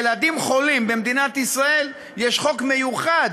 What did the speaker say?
ילדים חולים במדינת ישראל, יש חוק מיוחד